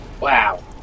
Wow